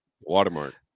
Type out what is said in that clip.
Watermark